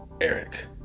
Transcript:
Eric